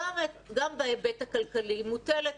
גם בהיבט הכלכלי מוטלת